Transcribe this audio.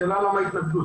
השאלה למה ההתנגדות.